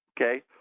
okay